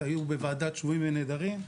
היו בוועדת שבויים ונעדרים,